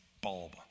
bulb